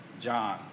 John